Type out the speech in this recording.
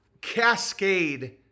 cascade